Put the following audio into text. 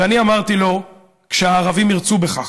ואמרתי לו: כשהערבים ירצו בכך,